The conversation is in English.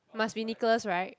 must be Nicholas right